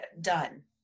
done